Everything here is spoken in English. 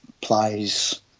plays